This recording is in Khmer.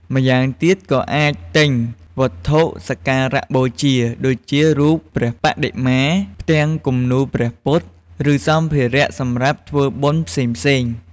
ម្យ៉ាងទៀតក៏អាចទិញវត្ថុសក្ការៈបូជា ដូចជារូបព្រះបដិមា ផ្ទាំងគំនូរព្រះពុទ្ធ ឬសម្ភារៈសម្រាប់ធ្វើបុណ្យផ្សេងៗ។